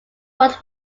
world